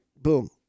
Boom